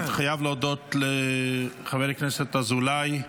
אני חייב להודות לחבר הכנסת אזולאי,